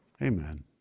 Amen